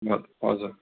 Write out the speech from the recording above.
ह हजुर